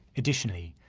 additionally,